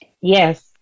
Yes